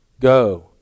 Go